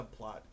subplot